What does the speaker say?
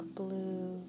blue